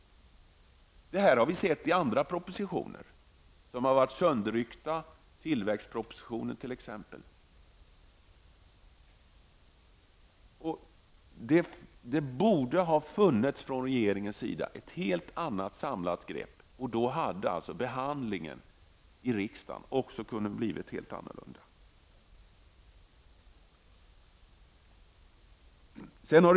Detta har vi också sett när det gäller andra propositioner. De har varit sönderryckta. Det gäller t.ex. tillväxtpropositionen. Regeringen borde ha haft ett samlat grepp om dessa frågor. Då hade också behandlingen i riksdagen kunnat bli helt annorlunda.